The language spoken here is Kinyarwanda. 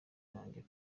wanjye